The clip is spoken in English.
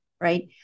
right